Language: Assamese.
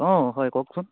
অঁ হয় কওকচোন